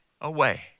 away